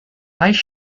ice